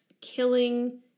killing